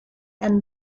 and